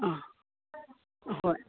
ꯑꯥ ꯍꯣꯏ